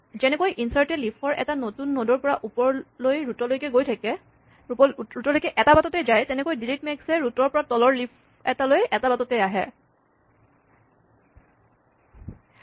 যেনেকৈ ইনচাৰ্ট এ লিফ ৰ এটা নতুন নড ৰ পৰা ওপৰলৈ ৰোট লৈকে এটাই বাটত যায় তেনেকৈ ডিলিট মেক্স এ ৰোট ৰ পৰা তলৰ লিফ এটালৈ এটা বাটত যাব